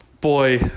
Boy